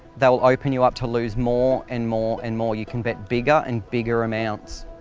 they'll open you up to lose more and more and more you can bet bigger and bigger amounts.